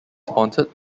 sponsored